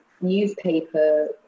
newspaper